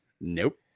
Nope